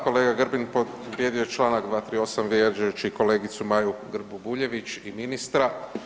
Kolega Grbin povrijedio je Članak 238. vrijeđajući kolegicu Maju Grbu Bujević i ministra.